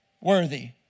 worthy